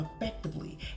effectively